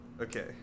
Okay